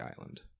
island